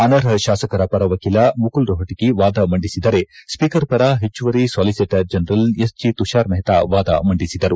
ಅನರ್ಹ ಶಾಸಕರ ಪರ ವಕೀಲ ಮುಕುಲ್ ರೋಹ್ಲಗಿ ವಾದ ಮಂಡಿಸಿದರೆ ಸ್ಪೀಕರ್ ಪರ ಹೆಚ್ಚುವರಿ solicitor general S G Tushar Mehta ವಾದ ಮಂಡಿಸಿದರು